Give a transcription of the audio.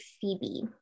Phoebe